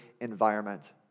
environment